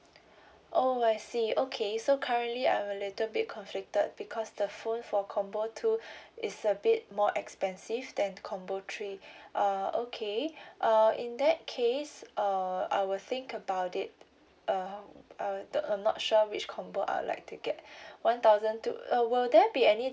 oh I see okay so currently I'm a little bit conflicted because the phone for combo two is a bit more expensive than combo three err okay err in that case err I will think about it uh uh the I'm not sure which combo I'll like to get one thousand two uh will there be any